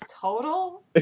total